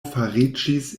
fariĝis